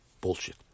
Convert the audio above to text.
Bullshit